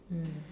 mm